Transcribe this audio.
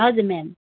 हजुर म्याम